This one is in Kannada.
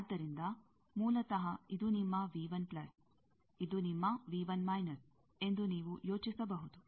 ಆದ್ದರಿಂದ ಮೂಲತಃ ಇದು ನಿಮ್ಮ ಇದು ನಿಮ್ಮ ಎಂದು ನೀವು ಯೋಚಿಸಬಹುದು